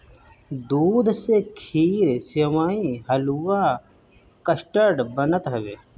दूध से खीर, सेवई, हलुआ, कस्टर्ड बनत हवे